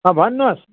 अँ भन्नुहोस्